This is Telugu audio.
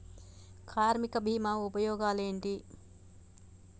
కార్మిక బీమా ఉపయోగాలేంటి?